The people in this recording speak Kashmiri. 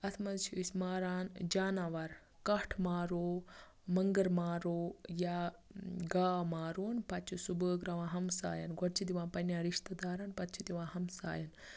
اَتھ منٛز چھِ أسۍ ماران جاناوَر کَٹھ مارو مٔنگٕر مارو یا گاو ماروون پَتہٕ چھِ سُہ بٲگراوان ہَمسایَن گۄڈٕ چھِ دِوان پَنٕنٮ۪ن رِشتہٕ دارَن پَتہٕ چھِ دِوان ہَمسایَن